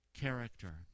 character